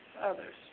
others